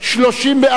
30 בעד,